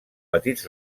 petits